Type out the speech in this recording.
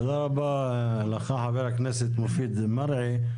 תודה רבה לך חבר הכנסת מופיד מרעי.